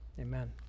amen